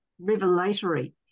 revelatory